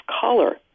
color